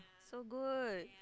so good